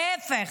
להפך,